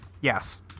Yes